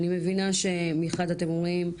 אני מבינה שמחד אתם אומרים,